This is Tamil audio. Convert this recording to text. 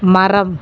மரம்